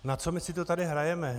Na co my si to tady hrajeme?